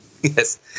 Yes